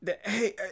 hey